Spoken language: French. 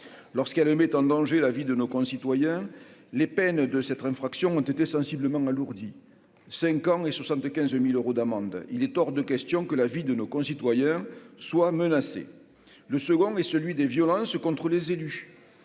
lorsqu'elle met en danger la vie de nos concitoyens, les peines de 7 infractions ont été sensiblement alourdi 5 ans et 75000 euros d'amende, il est hors de question que la vie de nos concitoyens soit menacée, le second et celui des violences contre les élus,